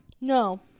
No